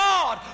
God